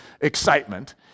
excitement